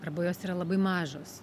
arba jos yra labai mažos